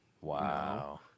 Wow